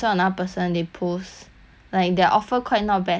like their offer quite not bad sia but I see nobody buying